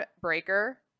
Breaker